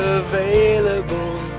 available